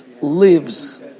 lives